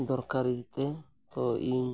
ᱫᱚᱨᱠᱟᱨ ᱤᱭᱟᱹᱛᱮ ᱛᱚ ᱤᱧ